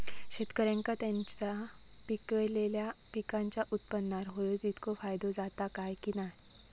शेतकऱ्यांका त्यांचा पिकयलेल्या पीकांच्या उत्पन्नार होयो तितको फायदो जाता काय की नाय?